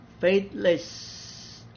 faithless